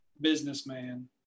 businessman